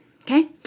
okay